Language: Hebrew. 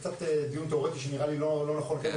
חלק מסעיף 25 אומר שתפקיד ועדת ביקורת היא